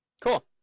cool